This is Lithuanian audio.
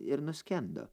ir nuskendo